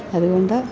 അതുകൊണ്ട്